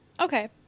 Okay